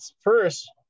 first